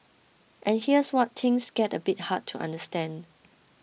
and here's where things get a bit hard to understand